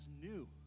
new